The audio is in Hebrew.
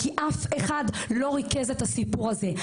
כי אף אחד לא ריכז את הסיפור הזה,